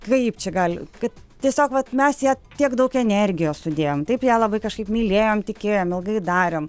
kaip čia gali kad tiesiog vat mes ją tiek daug energijos sudėjom taip ją labai kažkaip mylėjom tikėjom ilgai darėm